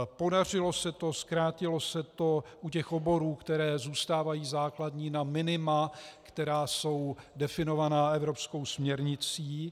Podařilo se to, zkrátilo se to u těch oborů, které zůstávají základní, na minima, která jsou definovaná evropskou směrnicí.